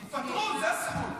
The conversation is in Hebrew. תתפטרו, זה זכות.